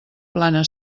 plana